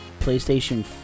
PlayStation